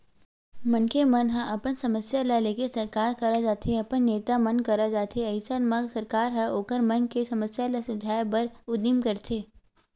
मनखे मन ह अपन समस्या ल लेके सरकार करा जाथे अपन नेता मन करा जाथे अइसन म सरकार ह ओखर मन के समस्या ल सुलझाय बर उदीम करथे